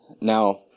Now